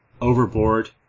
overboard